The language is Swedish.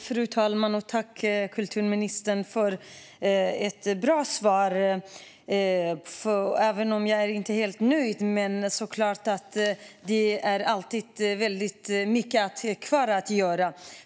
Fru talman! Jag tackar kulturministern för ett bra svar, även om jag inte är helt nöjd eftersom det finns mycket kvar att göra.